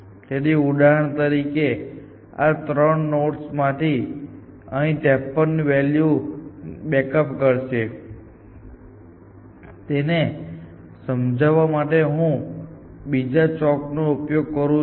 તેથી ઉદાહરણ તરીકે આ ત્રણ નોડ્સમાંથી તે અહીં 53 વેલ્યુ ને બેકઅપ કરશે તેને સમજાવવા માટે હું બીજા ચોક નો ઉપયોગ કરું છું